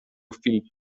filip